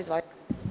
Izvolite.